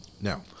Now